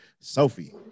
Sophie